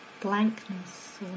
blankness